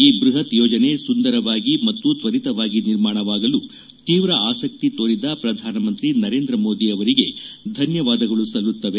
ಈ ಬ್ಬಹತ್ ಯೋಜನೆ ಸುಂದರವಾಗಿ ಮತ್ತು ತ್ವರಿತವಾಗಿ ನಿರ್ಮಾಣವಾಗಲು ತೀವ್ರ ಆಸಕ್ತಿ ತೋರಿದ ಪ್ರಧಾನಮಂತ್ರಿ ನರೇಂದ್ರ ಮೋದಿ ಅವರಿಗೆ ಧನ್ಯವಾದಗಳು ಸಲ್ಲುತ್ತವೆ